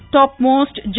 topmost